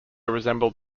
resembled